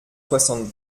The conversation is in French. soixante